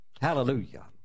Hallelujah